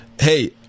Hey